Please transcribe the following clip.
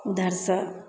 उधरसँ